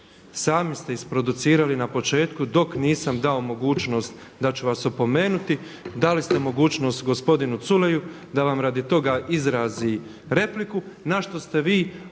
Sami ste isproducirali na početku dok nisam dao mogućnost da ću vas opomenuti, dali ste mogućnost gospodinu Culeju da vam radi toga izrazi repliku na što ste vi omogućili